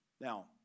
now